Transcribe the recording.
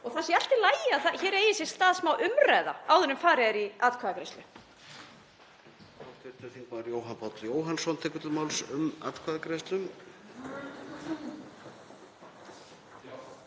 og það sé allt í lagi að hér eigi sér stað smá umræða áður en farið er í atkvæðagreiðslu.